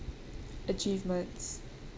achievements